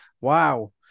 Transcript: Wow